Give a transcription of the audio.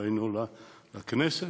דהיינו לכנסת,